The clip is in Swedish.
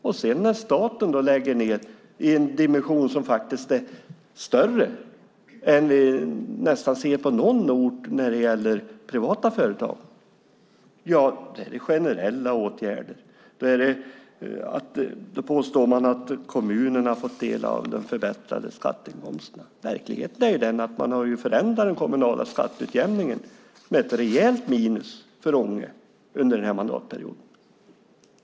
När sedan staten lägger ned i en dimension som faktiskt är större än den är på nästan någon ort med nedläggning av privata företag, ja, då talas det om generella åtgärder och sägs att kommunerna fått del av de förbättrade skatteinkomsterna. Verkligheten är ju den att man förändrat den kommunala skatteutjämningen, vilket inneburit ett rejält minus för Ånge under denna mandatperiod.